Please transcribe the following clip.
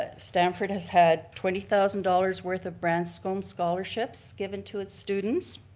ah stamford has had twenty thousand dollars worth of branscombe scholarships given to its students.